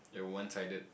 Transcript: a one sided